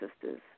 sisters